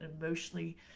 emotionally